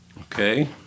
okay